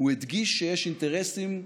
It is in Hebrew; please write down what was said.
הוא הדגיש שיש אינטרסים לאומיים,